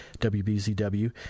WBZW